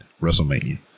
WrestleMania